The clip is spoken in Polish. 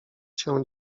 cię